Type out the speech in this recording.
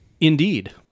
Indeed